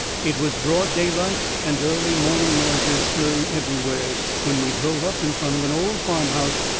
it was broad daylight, and early morning noises stirring everywheres, when we drove up in front of an old farmhouse,